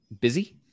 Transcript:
busy